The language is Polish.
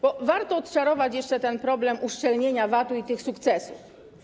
Bo warto odczarować jeszcze ten problem uszczelnienia VAT-u i tych sukcesów.